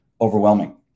overwhelming